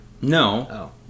No